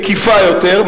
מקיפה יותר,